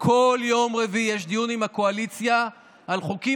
כל יום רביעי יש דיון עם הקואליציה על חוקים